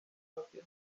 propio